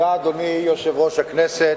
אדוני יושב-ראש הכנסת,